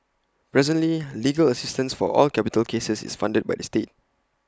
presently legal assistance for all capital cases is funded by the state